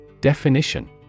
Definition